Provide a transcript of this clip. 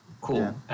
Cool